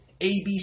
ABC